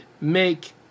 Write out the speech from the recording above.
make